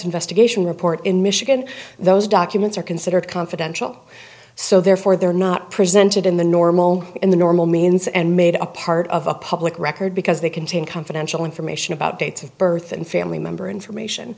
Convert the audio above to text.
investigation report in michigan those documents are considered confidential so therefore they are not presented in the normal in the normal means and made a part of a public record because they contain confidential information about dates of birth and family member information